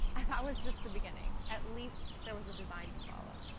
and that was just the beginning, at least there was a design to follow.